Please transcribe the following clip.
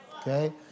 Okay